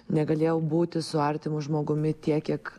negalėjau būti su artimu žmogumi tiek kiek